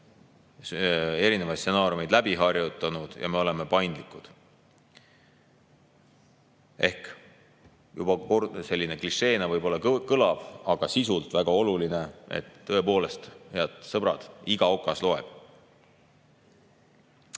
erinevaid stsenaariumeid läbi harjutanud ja me oleme paindlikud. Ehk juba selline klišeena kõlav, kuid sisult väga oluline: tõepoolest, head sõbrad, iga okas loeb.